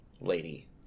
lady